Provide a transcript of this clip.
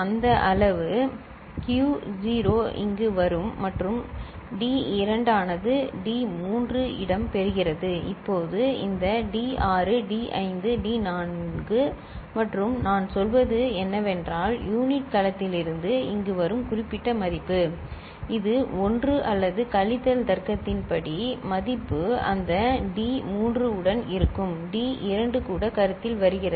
இந்த அளவு q 0 இங்கு வரும் மற்றும் D2 ஆனது D3 இடம் பெறுகிறது இப்போது இந்த D6 D5 D4 மற்றும் நான் சொல்வது என்னவென்றால் யூனிட் கலத்திலிருந்து இங்கு வரும் குறிப்பிட்ட மதிப்பு - இது ஒன்று அல்லது கழித்தல் தர்க்கத்தின் படி மதிப்பு அந்த டி 3 உடன் இருக்கும் டி 2 கூட கருத்தில் வருகிறது